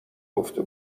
گفته